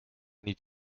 niet